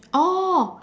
oh